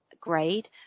grade